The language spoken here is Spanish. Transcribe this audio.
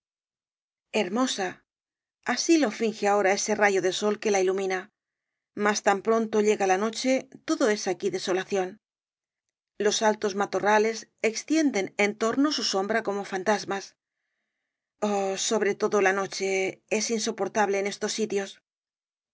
hermosa así lo finge ahora ese rayo de sol que la ilumina mas tan pronto llega la noche todo es aquí desolación los altos matorrales extienden en torno su sombra como fantasmas oh sobre todo la noche es insoportable en estos sitios